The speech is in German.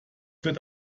wird